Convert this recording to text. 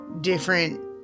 different